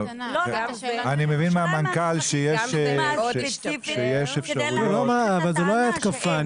אני מבין מהמנכ"ל שיש אפשרות --- זה לא היה התקפה.